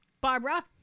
Barbara